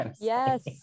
Yes